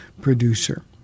producer